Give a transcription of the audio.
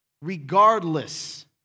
Regardless